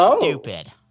stupid